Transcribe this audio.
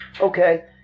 okay